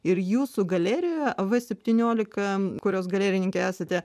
ir jūsų galerijoje av septyniolika kurios galerininkė esate